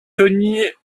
tony